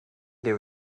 there